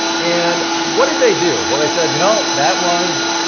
and what did they do? well, they said, you know, that was